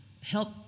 help